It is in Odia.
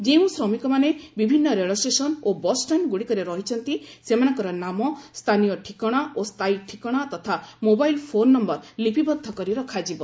ଯେଉଁ ଶ୍ରମିକମାନେ ବିଭିନ୍ନ ରେଳ ଷ୍ଟେସନ୍ ଓ ବସ୍ଷାଣ୍ଟ୍ଗୁଡ଼ିକରେ ରହିଛନ୍ତି ସେମାନଙ୍କର ନାମ ସ୍ଥାନୀୟ ଠିକଣା ଓ ସ୍ଥାୟୀ ଠିକଣା ତଥା ମୋବାଇଲ୍ ଫୋନ୍ ନମ୍ଭର ଲିପିବଦ୍ଧ କରି ରଖାଯିବ